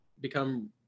become